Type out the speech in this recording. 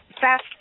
fast